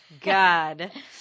God